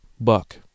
buck